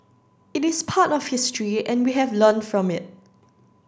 it is part of history and we have learned from it